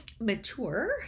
mature